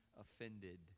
offended